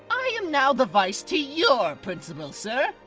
i am now the vice to your principal, sir.